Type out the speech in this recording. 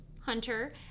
Hunter